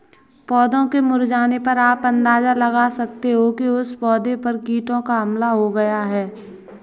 पौधों के मुरझाने पर आप अंदाजा लगा सकते हो कि उस पौधे पर कीटों का हमला हो गया है